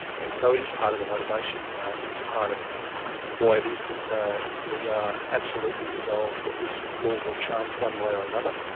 and so it is part of the motivation it's part of why it is that we are absolutely resolved that this law will change one way or another,